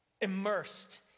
immersed